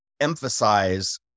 emphasize